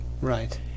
Right